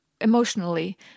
emotionally